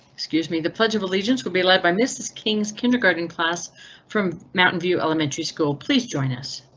excuse me, the pledge of allegiance will be led by mrs. king's kindergarten class from mountain view elementary school. please join us.